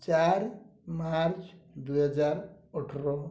ଚାରି ମାର୍ଚ୍ଚ ଦୁଇ ହଜାର ଅଠର